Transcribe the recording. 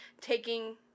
taking